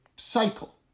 Cycle